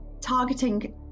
targeting